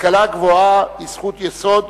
השכלה גבוהה היא זכות יסוד,